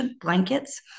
blankets